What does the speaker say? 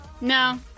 no